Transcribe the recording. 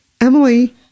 Emily